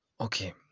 Okay